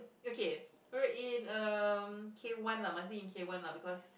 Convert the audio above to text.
okay alright in um K one lah must be in K one lah because